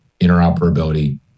Interoperability